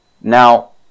Now